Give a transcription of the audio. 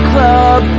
Club